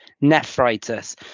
nephritis